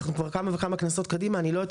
אנחנו כבר כמה וכמה כנסות קדימה ואני לא יודעת